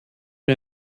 wie